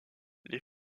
les